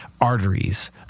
arteries